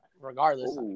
regardless